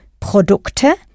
Produkte